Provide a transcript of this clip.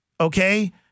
okay